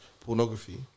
pornography